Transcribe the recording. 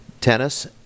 Tennis